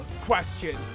question